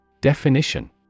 Definition